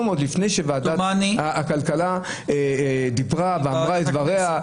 עוד לפני שוועדת הכנסת אמרה את דברה,